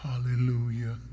hallelujah